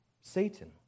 Satan